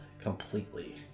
completely